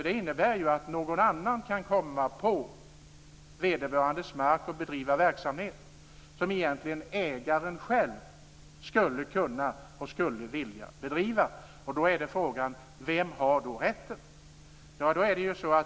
Det innebär nämligen att någon annan kan komma på vederbörandes mark och bedriva verksamhet som ägaren själv egentligen skulle kunna och skulle vilja bedriva. Då är frågan: Vem har rätten?